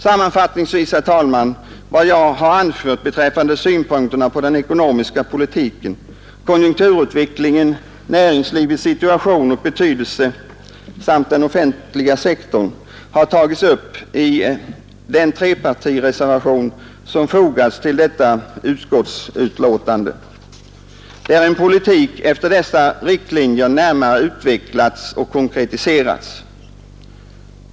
Sammanfattningsvis, herr talman, vill jag säga att vad jag har anfört beträffande synpunkterna på den ekonomiska politiken, konjunkturutvecklingen, näringslivets situation och betydelse samt den offentliga sektorn har tagits upp i den trepartireservation som fogats till utskottsbetänkandet och där en politik efter dessa riktlinjer närmare utvecklats och konkretiserats.